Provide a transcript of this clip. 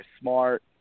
Smart